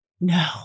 No